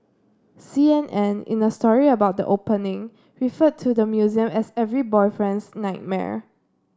C N N in a story about the opening referred to the museum as every boyfriend's nightmare